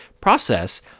process